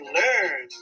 learn